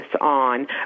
on